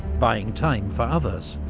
buying time for others?